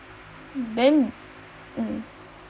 then um